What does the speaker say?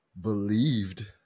believed